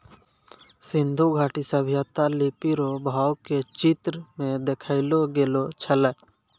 सिन्धु घाटी सभ्यता लिपी रो भाव के चित्र मे देखैलो गेलो छलै